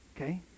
okay